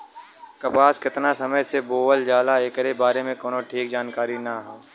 कपास केतना समय से बोअल जाला एकरे बारे में कउनो ठीक जानकारी ना हौ